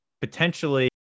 potentially